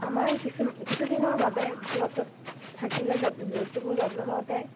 আমাৰ কিছু কিছুদিনৰ বাবে দূৰত্বত থাকিলে যত্ জন্তুবোৰ যত্ন লওঁতে